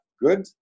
good